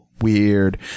weird